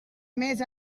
més